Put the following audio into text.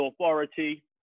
authority